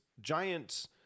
giant